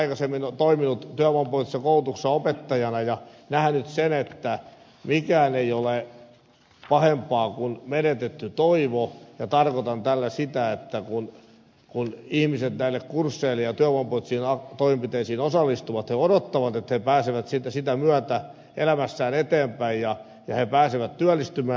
olen itsekin aikaisemmin toiminut työvoimapoliittisessa koulutuksessa opettajana ja nähnyt sen että mikään ei ole pahempaa kuin menetetty toivo ja tarkoitan tällä sitä että kun ihmiset näille kursseille ja työvoimapoliittisiin toimenpiteisiin osallistuvat he odottavat että he pääsevät sitä myötä elämässään eteenpäin ja he pääsevät työllistymään